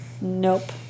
nope